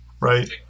right